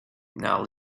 now